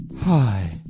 Hi